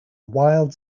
wild